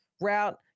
route